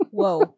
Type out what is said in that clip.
whoa